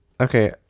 okay